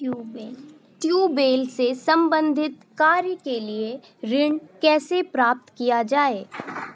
Tubewell से संबंधित कार्य के लिए ऋण कैसे प्राप्त किया जाए?